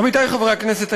עמיתי חברי הכנסת,